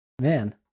Man